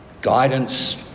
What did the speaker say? guidance